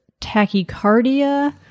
tachycardia